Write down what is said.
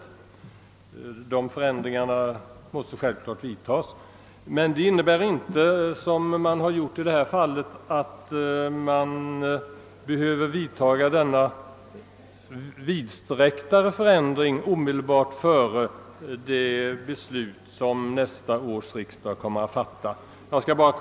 Dessa förändringar måste naturligtvis vidtagas, men det innebär inte att en så stor förändring som den nu föreslagna måste genomföras omedelbart före det beslut som nästa års riksdag kommer att fatta.